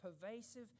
pervasive